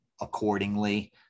accordingly